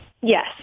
Yes